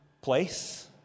place